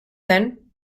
then